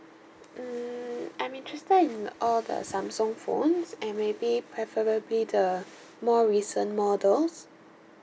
mm I'm interested in all the Samsung phones and maybe preferably the more recent models